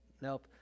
nope